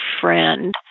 friend